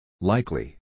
Likely